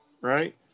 right